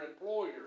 employer